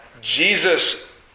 Jesus